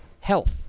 health